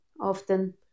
often